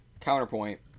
Counterpoint